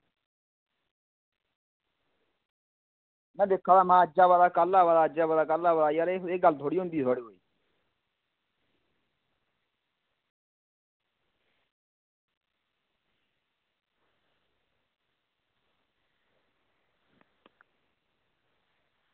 में दिक्खा दा महां अज्ज आवा दा कल आवा दा अज्ज आवा दा कल आवा दा यार एह् गल्ल थोह्ड़े होंदी ऐ थुआढ़े कोई